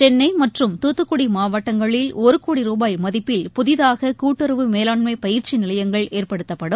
சென்னைமற்றும் தூத்துக்குடிமாவட்டங்களில் ஒருகோடி மகிப்பில் ருபாய் புதிதாககூட்டுறவு மேலாண்மைபயிற்சிநிலையங்கள் ஏற்படுத்தப்படும்